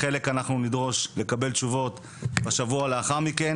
על חלק נדרוש לקבל בשבוע הבא,